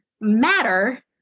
matter